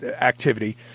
activity